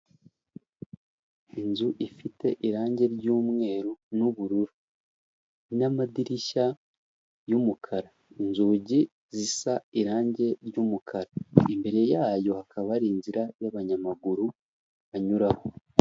Inzu ifite irangi ry'umweru n'ubururu n'amadirishya y'umukara, inzugi zisa irange ry'umukara, imbere yayo hakaba ari inzira y'abanyamaguru banyuraho.